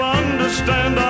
understand